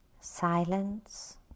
silence